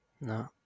No